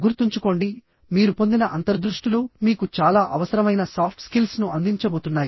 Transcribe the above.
గుర్తుంచుకోండి మీరు పొందిన అంతర్దృష్టులు మీకు చాలా అవసరమైన సాఫ్ట్ స్కిల్స్ ను అందించబోతున్నాయి